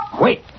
Wait